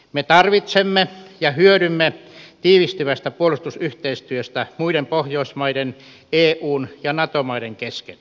me tarvitsemme tiivistyvää puolustusyhteistyötä muiden pohjoismaiden eun ja nato maiden kesken ja hyödymme siitä